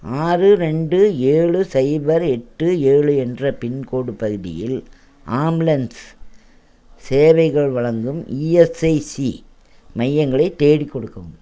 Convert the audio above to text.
ஆறு ரெண்டு ஏழு சைபர் எட்டு ஏழு என்ற பின்கோடு பகுதியில் ஆம்புலன்ஸ் சேவைகள் வழங்கும் இஎஸ்ஐசி மையங்களை தேடிக் கொடுக்கவும்